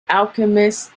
alchemist